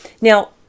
Now